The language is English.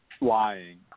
lying